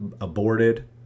Aborted